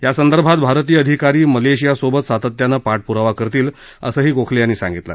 यासंदर्भात भारतीय अधिकारी मलेशिया सोबत सातत्यानं पाठप्रावा करतील असही गोखले यांनी सांगितलं